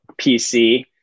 PC